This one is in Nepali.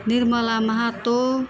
निर्मला महतो